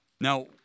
Now